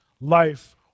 life